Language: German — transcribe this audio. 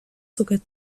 zucker